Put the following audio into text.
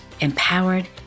empowered